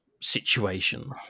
situation